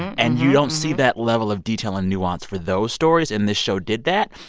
and you don't see that level of detail and nuance for those stories. and this show did that.